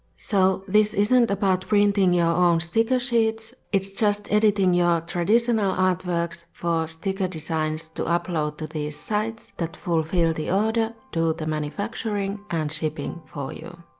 so, this isn't about printing your own sticker sheets, it's just editing your traditional artworks for sticker designs to upload to these sites that fulfill the order, do the manufacturing and shipping for you.